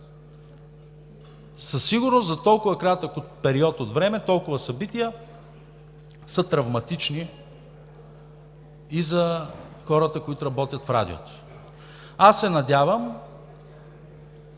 Със сигурност за толкова кратък период от време събитията са травматични и за хората, които работят в Радиото. Аз се надявам